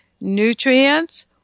nutrients